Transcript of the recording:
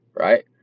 right